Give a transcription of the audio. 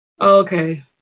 okay